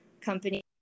company